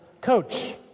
coach